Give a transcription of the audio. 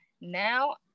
now